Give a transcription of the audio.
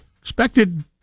expected